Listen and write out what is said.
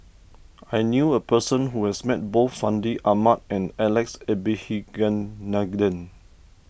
I knew a person who has met both Fandi Ahmad and Alex Abisheganaden